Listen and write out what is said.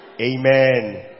Amen